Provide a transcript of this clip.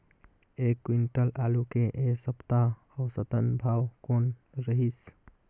एक क्विंटल आलू के ऐ सप्ता औसतन भाव कौन रहिस?